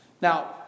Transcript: Now